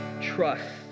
trust